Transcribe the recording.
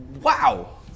wow